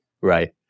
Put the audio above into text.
right